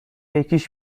یکیش